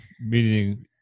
Meaning